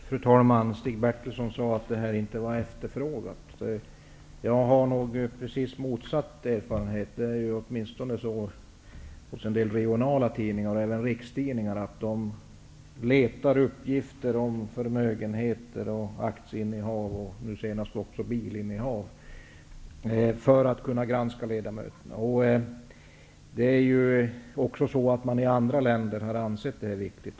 Fru talman! Stig Bertilsson sade att föreslagna regel inte var efterfrågad. Jag har nog precis motsatt erfarenhet. En del regionala tidningar och även rikstidningar letar ju efter uppgifter om förmögenheter och aktieinnehav -- det senaste är att man också letar efter uppgifter om bilinnehav -- vid sin granskning av ledamöterna. Också i andra länder har man ansett detta vara rätt viktigt.